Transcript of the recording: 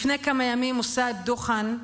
לפני כמה ימים מוסעב דוכאן,